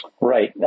Right